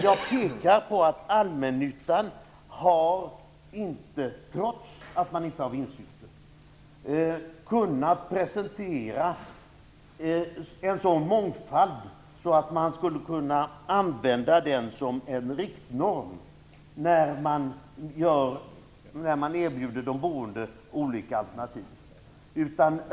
Jag pekar på att allmännyttan, trots att man inte har vinstsyfte, inte har kunnat presentera en sådan mångfald att den skulle kunna användas som en riktnorm när man erbjuder de boende olika alternativ.